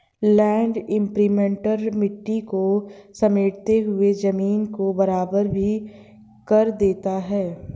land imprinter मिट्टी को समेटते हुए जमीन को बराबर भी कर देता है